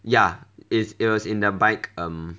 ya it it was in the bike um